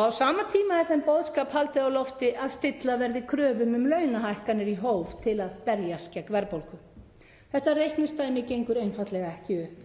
Á sama tíma er þeim boðskap haldið á lofti að stilla verði kröfum um launahækkanir í hóf til að berjast gegn verðbólgu. Þetta reikningsdæmi gengur einfaldlega ekki upp.